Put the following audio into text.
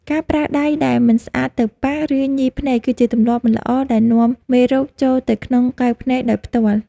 ការប្រើដៃដែលមិនស្អាតទៅប៉ះ ឬញីភ្នែកគឺជាទម្លាប់មិនល្អដែលនាំមេរោគចូលទៅក្នុងកែវភ្នែកដោយផ្ទាល់។